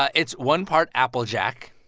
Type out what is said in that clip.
ah it's one part applejack.